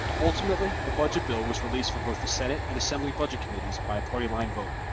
ultimately, the budget bill was released from both the senate and assembly budget committees by a party line vote.